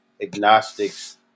agnostics